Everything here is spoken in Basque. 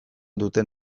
duten